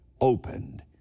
opened